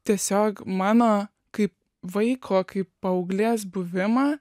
tiesiog mano kaip vaiko kaip paauglės buvimą